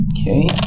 Okay